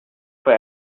for